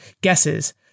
guesses